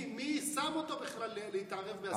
מי שם אותו בכלל להתערב באספה מכוננת?